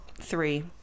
Three